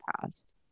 past